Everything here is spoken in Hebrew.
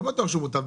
לא בטוח שמצבה מוטב.